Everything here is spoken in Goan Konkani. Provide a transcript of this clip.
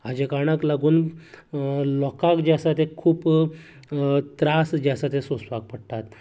हाचे कारणांक लागून लोकांक जे आसा ते खूब त्रास जे आसा तें सोंसपाक पडटात